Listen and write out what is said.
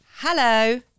hello